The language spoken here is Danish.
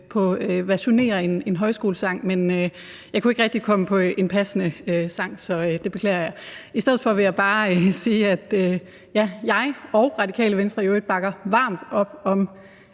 ved at versionere en højskolesang, men jeg kunne ikke rigtig komme på en passende sang. Så det beklager jeg. I stedet for vil jeg bare sige, at jeg og Radikale Venstre i øvrigt bakker varmt op om